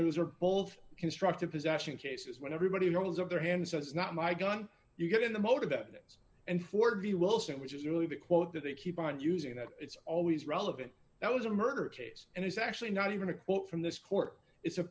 those are both constructive possession cases when everybody rolls of their hand so it's not my gun you get in the mode of that means and for v wilson which is really the quote that they keep on using that it's always relevant that was a murder case and it's actually not even a quote from this court it's